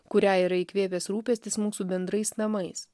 kurią yra įkvėpęs rūpestis mūsų bendrais namais